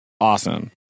awesome